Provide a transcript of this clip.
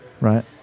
Right